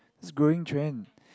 this growing trend